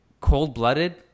cold-blooded